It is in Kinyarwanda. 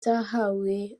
zahawe